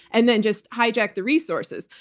and then just hijack the resources.